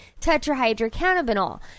tetrahydrocannabinol